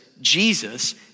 Jesus